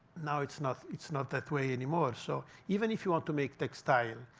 now, it's not it's not that way anymore. so even if you want to make textiles,